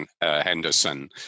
Henderson